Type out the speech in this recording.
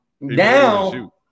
Now